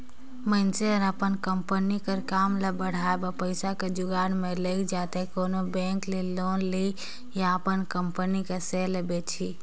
मइनसे हर अपन कंपनी कर काम ल बढ़ाए बर पइसा कर जुगाड़ में लइग जाथे कोनो बेंक ले लोन लिही या अपन कंपनी कर सेयर ल बेंचही